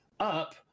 Up